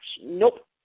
Nope